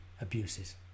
abuses